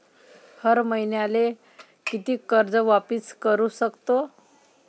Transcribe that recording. हर मईन्याले कितीक कर्ज वापिस करू सकतो?